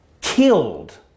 killed